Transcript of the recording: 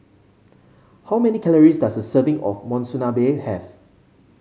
how many calories does a serving of Monsunabe have